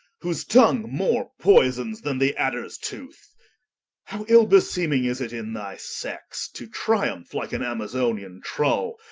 whose tongue more poysons then the adders tooth how ill-beseeming is it in thy sex, to triumph like an amazonian trull,